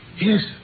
Yes